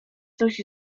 coś